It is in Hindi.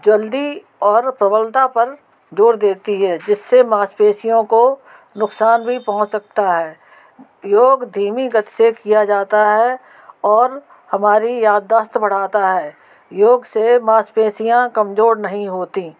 जल्दी और प्रबलता पर जोर देती है जिससे मांसपेशियों को नुकसान भी पहुँच सकता है योग धीमी गति से किया जाता है और हमारी यदाश्त बढ़ाता है योग से मांसपेशियाँ कमजोर नहीं होती